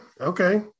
Okay